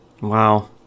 Wow